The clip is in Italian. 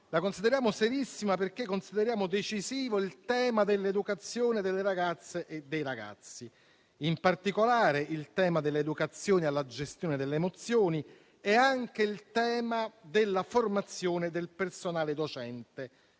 che consideriamo serissima, perché riteniamo decisivo il tema dell'educazione delle ragazze e dei ragazzi, in particolare quello dell'educazione alla gestione delle emozioni e anche quello della formazione del personale docente.